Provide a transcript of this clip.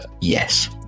Yes